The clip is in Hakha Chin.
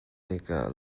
tikah